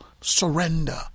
surrender